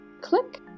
click